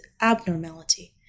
abnormality